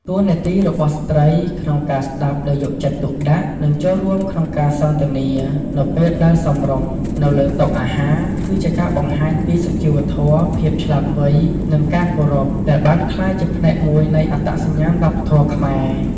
តួនាទីរបស់ស្ត្រីក្នុងការស្តាប់ដោយយកចិត្តទុកដាក់ និងចូលរួមក្នុងការសន្ទនា នៅពេលដែលសមរម្យ នៅលើតុអាហារ គឺជាការបង្ហាញពី សុជីវធម៌ ភាពឆ្លាតវៃ និងការគោរព ដែលបានក្លាយជាផ្នែកមួយនៃអត្តសញ្ញាណវប្បធម៌ខ្មែរ។